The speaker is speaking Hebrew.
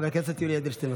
חבר הכנסת יולי אדלשטיין,